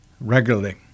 regularly